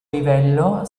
livello